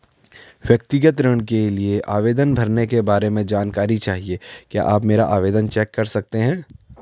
व्यक्तिगत ऋण के लिए आवेदन भरने के बारे में जानकारी चाहिए क्या आप मेरा आवेदन चेक कर सकते हैं?